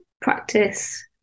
practice